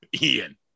Ian